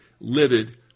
livid